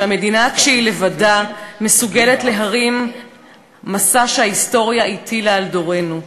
"שהמדינה כשהיא לבדה מסוגלת להרים משא שההיסטוריה הטילה על דורנו.